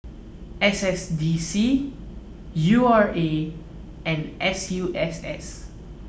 S S D C U R A and S U S S